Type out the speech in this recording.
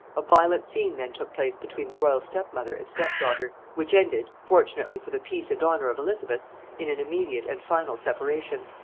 a violent scene then took place between the royal step-mother and step-daughter, which ended, fortunately for the peace and honor of elizabeth in an immediate and final separation.